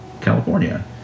California